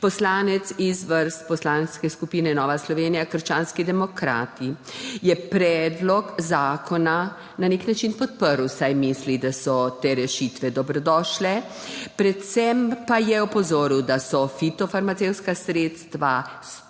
Poslanec iz vrst Poslanske skupine Nova Slovenija – krščanski demokrati je predlog zakona na nek način podprl, saj misli, da so te rešitve dobrodošle, predvsem pa je opozoril, da so fitofarmacevtska sredstva